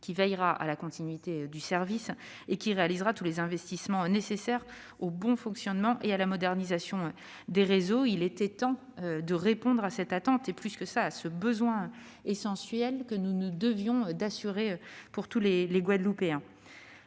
Il veillera à la continuité du service et réalisera tous les investissements nécessaires au bon fonctionnement et à la modernisation des réseaux. Il était temps de répondre à ce besoin essentiel, que nous nous devons d'assurer à tous les Guadeloupéens.